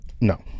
No